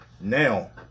now